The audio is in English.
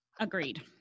Agreed